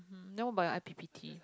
no but I_P_P_T